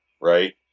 right